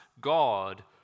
God